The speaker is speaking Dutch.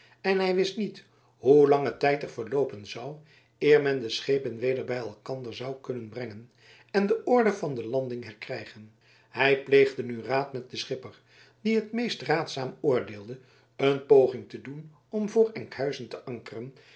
en hij wist niet hoe lange tijd er verloopen zou eer men de schepen weder bij elkander zou kunnen brengen en de orde van de landing herkrijgen hij pleegde nu raad met den schipper die het meest raadzaam oordeelde een poging te doen om voor enkhuizen te ankeren